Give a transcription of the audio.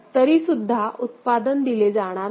तरीसुद्धा उत्पादन दिले जाणार नाही